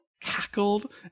cackled